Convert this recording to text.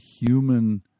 human